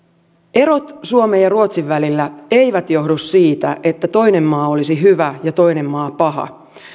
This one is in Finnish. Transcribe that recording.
erot suomen ja ruotsin välillä eivät johdu siitä että toinen maa olisi hyvä ja toinen maa paha